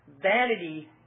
vanity